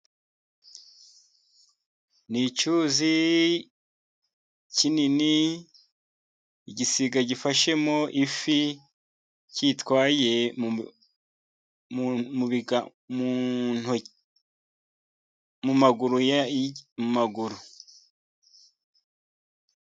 Ni icyuzi kinini, igisiga gifashemo ifi, cyiyitwaye mu maguru.